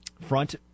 front